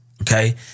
Okay